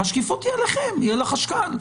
השקיפות היא עליכם, על החשכ"ל.